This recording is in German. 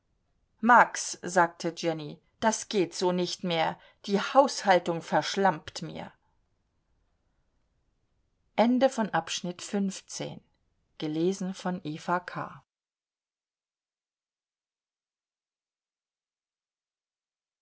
max sagte jenny das geht so nicht mehr die haushaltung verschlampt mir